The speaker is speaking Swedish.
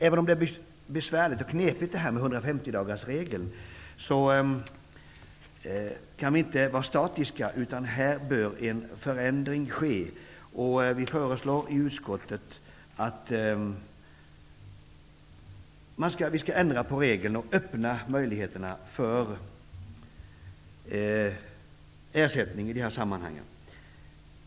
Även om detta med 150-dagarsregeln är besvärligt och knepigt kan vi inte vara statiska, utan här bör en förändring ske. Vi föreslår i utskottet att regeln skall ändras så att möjligheter öppnas för ersättning i dessa sammanhang.